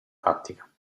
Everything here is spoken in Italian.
tattica